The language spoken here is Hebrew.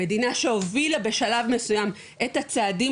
מדינה שהובילה בשלב מסוים את הצעדים,